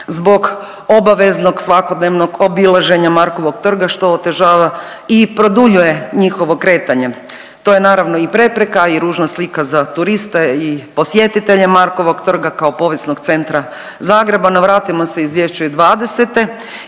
zbog obaveznog svakodnevnog obilaženja Markovog trga, što otežava i produljuje njihovo kretanje. To je naravno i prepreka i ružna slika za turiste i posjetitelje Markovog trga kao povijesnog centra Zagreba, no vratimo se izvješću 2020.